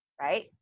right